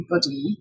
body